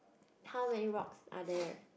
how many rocks are there